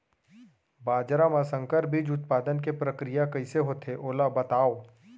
बाजरा मा संकर बीज उत्पादन के प्रक्रिया कइसे होथे ओला बताव?